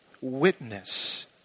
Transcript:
witness